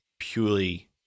purely